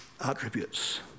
Attributes